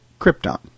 Krypton